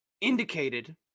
indicated